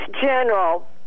general